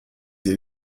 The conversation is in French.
des